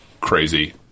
crazy